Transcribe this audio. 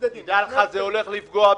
הפסדים כי הקורונה חייבה אותו לסגור.